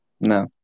No